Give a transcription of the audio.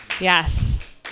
Yes